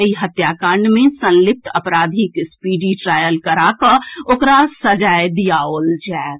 एहि हत्याकांड मे संलिप्त अपराधीक स्पीडी ट्रायल कराकऽ ओकरा सजा दियाओल जाएत